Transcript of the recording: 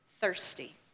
thirsty